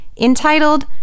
entitled